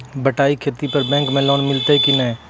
बटाई खेती पर बैंक मे लोन मिलतै कि नैय?